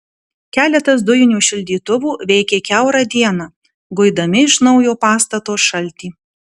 keletas dujinių šildytuvų veikė kiaurą dieną guidami iš naujo pastato šaltį